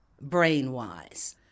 brain-wise